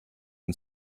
and